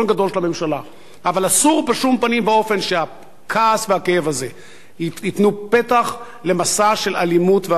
אסור בשום פנים ואופן שהכעס והכאב הזה ייתנו פתח למסע של אלימות והסתה.